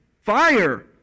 Fire